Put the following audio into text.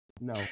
no